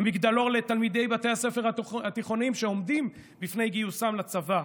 מגדלור לתלמידי בתי הספר התיכוניים שעומדים בפני גיוסם לצבא,